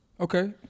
Okay